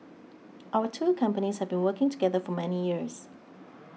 our two companies have been working together for many years